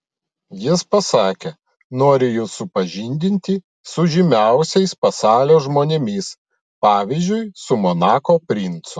jis pasakė noriu jus supažindinti su žymiausiais pasaulio žmonėmis pavyzdžiui su monako princu